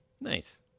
Nice